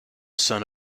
son